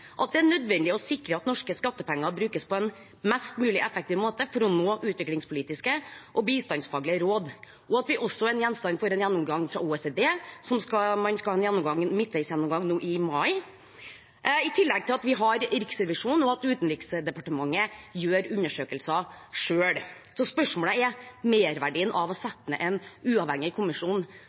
norske skattepenger brukes på en mest mulig effektiv måte for å nå utviklingspolitiske og bistandsfaglige mål», og at vi også er gjenstand for en gjennomgang fra OECD, som man skal ha en midtveisgjennomgang av nå i mai, i tillegg til at vi har Riksrevisjonen, og at Utenriksdepartementet gjør undersøkelser selv. Så spørsmålet er hva som er merverdien av å sette ned en uavhengig kommisjon.